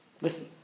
Listen